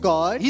God